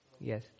Yes